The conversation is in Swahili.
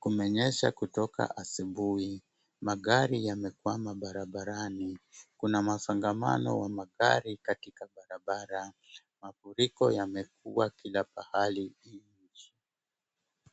Kumenyesha kutoka asubuhi. Magari yamekwama barabarani. Kuna masongamano wa magari katika barabara. Mafuriko yamekuwa kila pahali nchini.